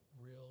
real